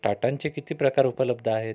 टाटांचे किती प्रकार उपलब्ध आहेत